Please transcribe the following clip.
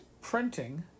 printing